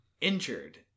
injured